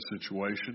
situation